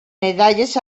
medalles